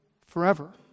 forever